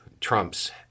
Trump's